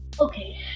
okay